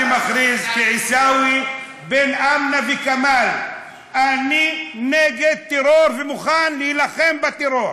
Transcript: אני מכריז כעיסאווי בן אמנה וכמאל: אני נגד טרור ומוכן להילחם בטרור.